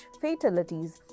fatalities